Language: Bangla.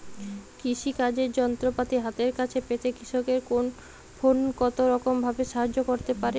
কৃষিকাজের যন্ত্রপাতি হাতের কাছে পেতে কৃষকের ফোন কত রকম ভাবে সাহায্য করতে পারে?